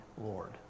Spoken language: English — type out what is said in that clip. Lord